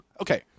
Okay